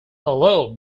hello